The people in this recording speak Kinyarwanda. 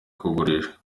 kugurisha